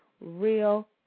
Real